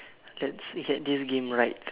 let's get this game right